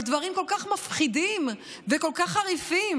אבל דברים כל כך מפחידים וכל כך חריפים,